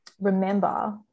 remember